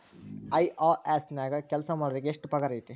IRS ನ್ಯಾಗ್ ಕೆಲ್ಸಾಮಾಡೊರಿಗೆ ಎಷ್ಟ್ ಪಗಾರ್ ಐತಿ?